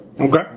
Okay